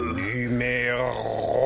numéro